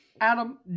adam